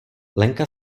lenka